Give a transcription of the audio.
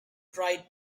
tried